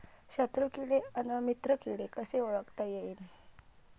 शत्रु किडे अन मित्र किडे कसे ओळखता येईन?